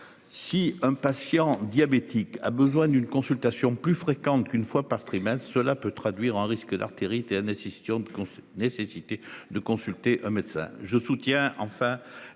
Si un patient diabétique, a besoin d'une consultation plus fréquentes qu'une fois par trimestre. Cela peut traduire en risque d'artérite et Anne assistions nécessité de consulter un médecin.